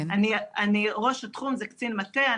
אני ראש התחום זה קצין מטה.